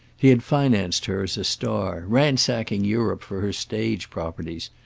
he had financed her as a star, ransacking europe for her stage properties,